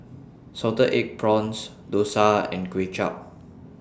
Salted Egg Prawns Dosa and Kuay Chap